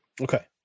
Okay